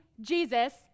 Jesus